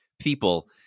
people